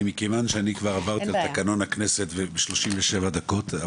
מכיוון שאני כבר עברתי על תקנון הכנסת ב-37 דקות,